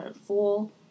full